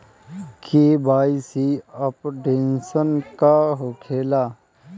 KYC updation का होखेला?